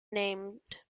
named